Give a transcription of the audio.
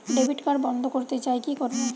Debit card বন্ধ করতে চাই কি করব?